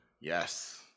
Yes